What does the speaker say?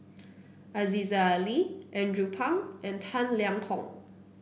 Aziza Ali Andrew Phang and Tang Liang Hong